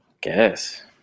Guess